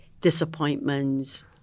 disappointments